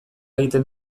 egiten